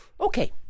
okay